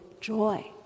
joy